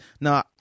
now